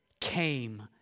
came